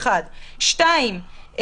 שתיים,